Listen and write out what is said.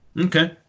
Okay